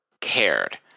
cared